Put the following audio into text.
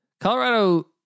Colorado